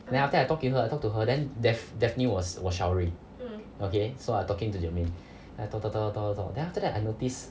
and then after I talk~ to her I talk to her then dap~ daphne was showering okay so I talking to germaine then I talk talk talk talk talk then after that I notice